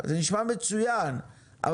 נשמע מצוין,